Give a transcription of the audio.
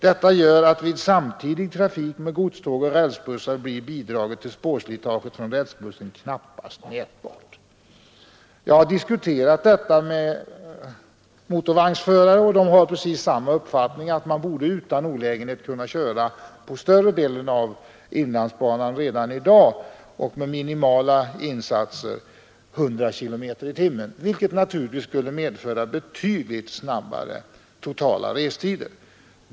Detta gör att vid samtidig trafik med godståg och rälsbussar blir bidraget till spårslitaget från rälsbussen knappast mätbart.” Jag har diskuterat detta med motorvagnsförare, och de har precis samma uppfattning, nämligen att man utan olägenhet på större delen av inlandsbanan redan i dag — med minimala insatser — borde kunna köra 100 kilometer i timmen, vilket naturligtvis skulle medföra betydligt kortare totala restider.